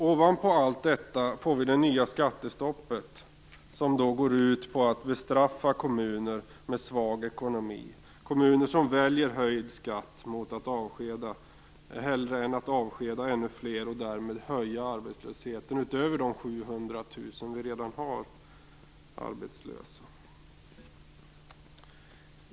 Ovanpå allt detta får vi det nya skattestoppet, som går ut på att bestraffa kommuner med svag ekonomi, kommuner som väljer höjd skatt hellre än att avskeda ännu fler och därmed höja arbetslösheten utöver de 700 000 som redan är arbetslösa.